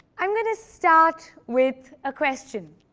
i'm going to start with a question.